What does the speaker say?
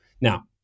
Now